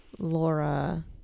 Laura